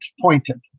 pointed